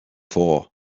for